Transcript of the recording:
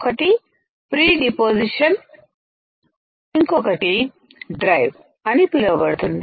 ఒకటి pre deposition ఇంకొకటి drive అని పిలవబడుతుంది